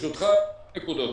לשתי נקודות.